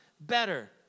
better